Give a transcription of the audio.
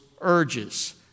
urges